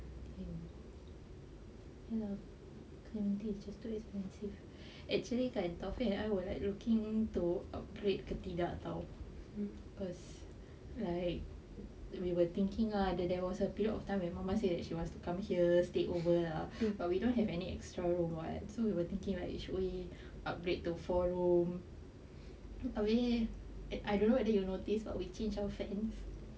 no it's just too expensive actually kan taufik and I were like looking to upgrade ke tidak [tau] cause like we were thinking lah that there was a period of time where mama say that she wants to come here stay over lah but we don't have any extra room [what] so we were thinking right should we upgrade to four room I mean I don't know whether you notice but we change our fan